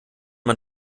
man